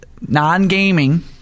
non-gaming